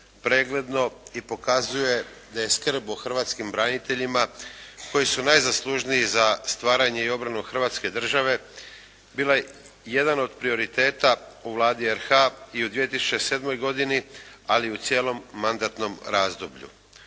pregledno i pokazuje da je skrb o hrvatskim branitelja koji su najzaslužniji za stvaranje i obranu hrvatske države bila jedan od prioriteta u Vladi RH i u 2007. godini, ali u cijelom mandatnom razdoblju.